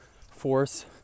force